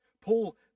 Paul